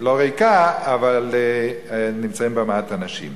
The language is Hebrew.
לא ריקה, אבל נמצאים בה מעט אנשים.